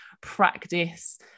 practice